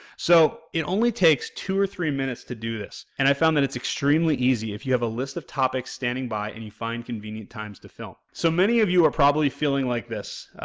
so, it only takes two or three minutes to do this and i found that it's extremely easy if you have a list of topics standing by and you find convenient times to film. so, many of you are probably feeling like this,